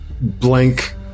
blank